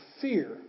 fear